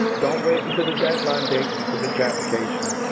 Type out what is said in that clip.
don't wait until the deadline date to submit your application.